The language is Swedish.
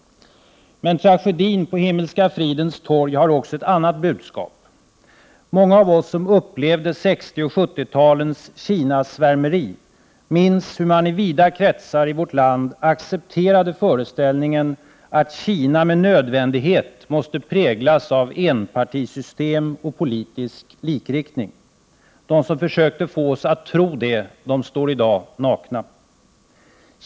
Men tragedin på Himmelska fridens torg har också ett annat budskap. Många av oss som upplevde 60 och 70-talens Kinasvärmeri minns hur man i vida kretsar i vårt land accepterade föreställningen att Kina med nödvändighet måste präglas av enpartisystem och politisk likriktning. De som försökte få oss att tro på det står i dag nakna.